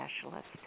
specialist